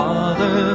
Father